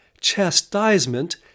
chastisement